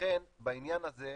לכן בעניין הזה,